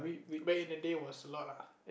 back in the day was a lot lah